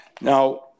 Now